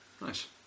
Nice